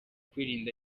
kwirinda